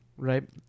Right